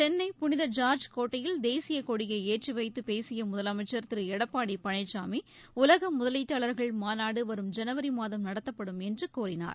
சென்னை புனித ஜார்ஜ் கோட்டையில் தேசிய கொடியை ஏற்றிவைத்து பேசிய முதலமைச்சர் திரு எடப்பாடி பழனிசாமி உலக முதலீட்டாளர்கள் மாநாடு வரும் ஜனவரி மாதம் நடத்தப்படும் என்று கூறினார்